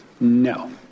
No